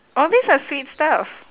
all these are sweet stuff